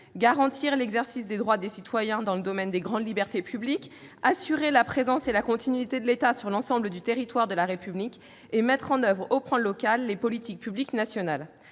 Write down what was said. garantir l'exercice des droits des citoyens dans le domaine des grandes libertés publiques, assurer la présence et la continuité de l'État sur l'ensemble du territoire de la République, mettre en oeuvre à l'échelon local les politiques publiques nationales.